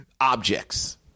objects